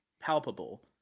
Palpable